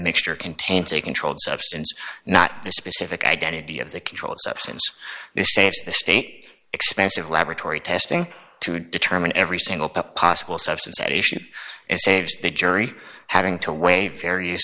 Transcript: mixture contains a controlled substance not the specific identity of the controlled substance this saves the state expensive laboratory testing to determine every single possible substance at issue and saves the jury having to wait various